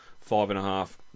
five-and-a-half